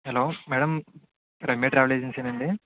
hello madam Ramya travel ఏజెన్సీనా అండి